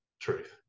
truth